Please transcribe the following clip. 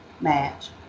match